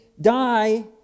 die